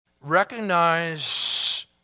Recognize